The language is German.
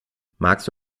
magst